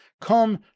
come